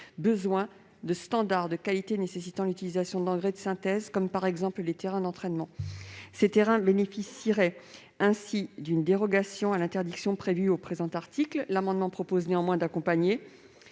néanmoins des standards de qualité nécessitant l'utilisation d'engrais de synthèse, par exemple les terrains d'entraînement. Ces terrains bénéficieraient ainsi d'une dérogation à l'interdiction prévue au présent article. L'amendement tend cependant à accompagner,